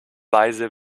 weise